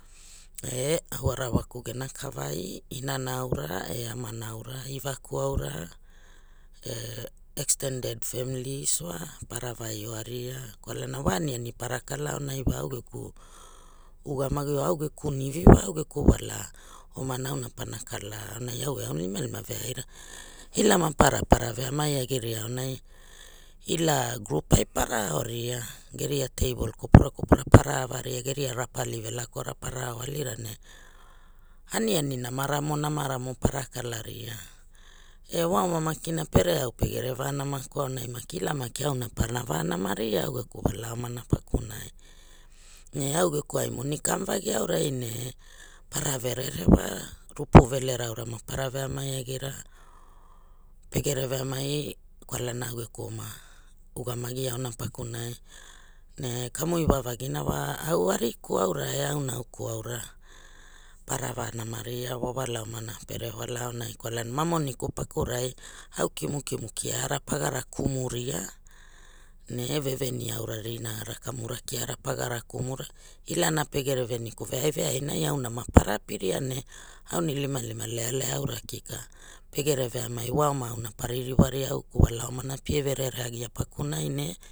E au arawaku gena kavai, inana aura e amara aura ivaku aura e extended families wa para vai oaria kwalana wa aniani para kala aunai wa au geku ugamagi or au geku nivi wa au geku wala omana auna pana kala aurai au e aunilimalima veaira ila mapara para veauai agiria aunai ila grup ai para aoria geria teibol kopura kopura para auaria gera rapali velekora rapa awalira ne e wa oma makina pere au pegere vanamaku aonai maki ila maki aona para vanamaria au geku wala omana pakunai ne au geku ai moni kau vagi aurai ne para verere wa rapuvelera aura ma para veamai agira pegere veamai kwalana au geku oma ugamagi aona pakunai ne kamu iwavagina wa au ariku aura e au nauku aura para va namaria wa wa wala omana pere wala aonai kwalana ma moniku pakurai au kimukimu kiara pagara kamuria ne veveni aura rinaara kamura kiara pagara kamu ra uana pegere veniku veai veai nai auna ma para apiria ne anilimalima lealea aura koko pegere veamai wa oma auna pa ririwa riaa au geku wala omana pie verere agia pakunai ne.